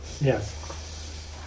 Yes